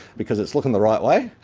because it's looking the right way,